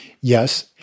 Yes